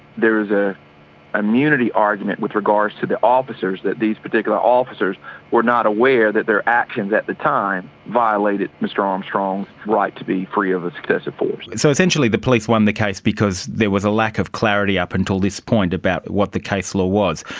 there is an ah immunity argument with regards to the officers, that these particular officers were not aware that their actions at the time violated mr armstrong's right to be free of of excessive force. so essentially police won the case because there was a lack of clarity up until this point about what the case law was.